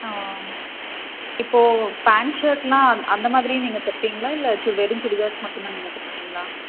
ஆ இப்போது பேண்ட் ஷர்ட்லாம் அந்த அந்தமாதிரி நீங்கள் தைப்பிங்களா இல்லை வெறும் சுடிதார்ஸ் மட்டுந்தான் நீங்கள் தைப்பிங்களா